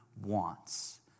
wants